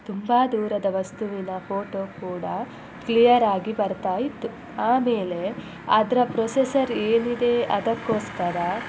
ತುಂಬ ದೂರದ ವಸ್ತುವಿನ ಫೋಟೋ ಕೂಡ ಕ್ಲಿಯರಾಗಿ ಬರ್ತಾ ಇತ್ತು ಆಮೇಲೆ ಅದರ ಪ್ರೊಸೆಸರ್ ಏನಿದೆ ಅದಕ್ಕೋಸ್ಕರ